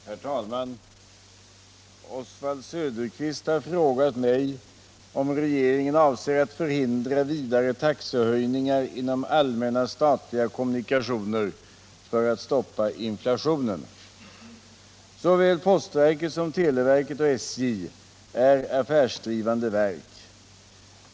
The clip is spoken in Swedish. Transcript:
Herr talman! Oswald Söderqvist har frågat mig om regeringen avser att förhindra vidare taxehöjningar inom allmänna statliga kommunikationer för att stoppa inflationen. Såväl postverket som televerket och SJ är affärsdrivande verk.